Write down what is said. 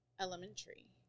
elementary